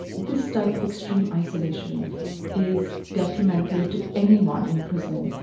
this type of extreme isolation is detrimental to anyone in prison,